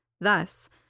Thus